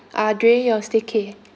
ah during your staycay